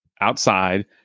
outside